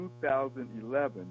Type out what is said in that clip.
2011